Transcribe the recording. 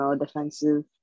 defensive